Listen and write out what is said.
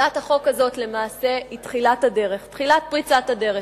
הצעת החוק הזאת למעשה היא תחילת פריצת הדרך.